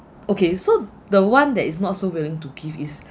okay so the one that is not so willing to give is